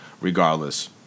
regardless